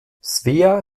svea